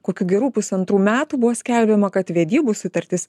kokių gerų pusantrų metų buvo skelbiama kad vedybų sutartis